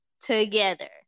together